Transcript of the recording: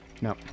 no